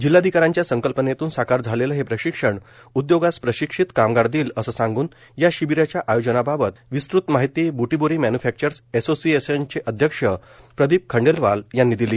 जिल्हाधिकाऱ्यांच्या संकल्पनेतून साकार झालेलं हे प्रशिक्षण उदयोगास प्रशिक्षित कामगार देईल असं सांग़न या शिबीराच्या आयोजनाबाबत विस्तृत माहिती बृटीबोरी मॅन्युफॅक्चर्स असोशिएशनचे अध्यक्ष प्रदीप खंडेलवाल यांनी दिली